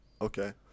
Okay